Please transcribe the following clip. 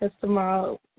tomorrow